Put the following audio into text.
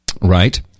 Right